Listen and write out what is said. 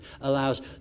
allows